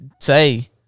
say